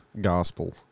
gospel